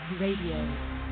Radio